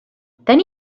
then